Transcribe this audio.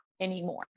anymore